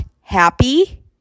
happy